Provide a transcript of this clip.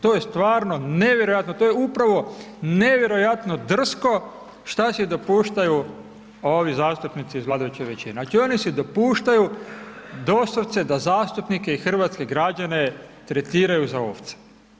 To je stvarno nevjerojatno, to je upravo nevjerojatno drsko šta si dopuštaju ovi zastupnici iz vladajuće većine, znači oni si dopuštaju doslovce da zastupnike i hrvatske građane tretiraju za ovce.